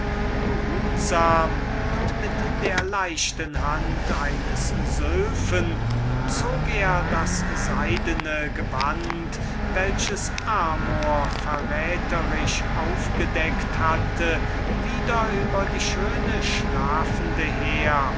behutsam und mit der leichten hand eines sylphen zog er das seidene gewand welches amor verräterisch aufgedeckt hatte wieder über die schöne schlafende her